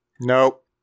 Nope